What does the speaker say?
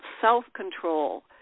self-control